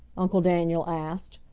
uncle daniel asked,